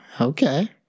okay